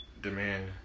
demand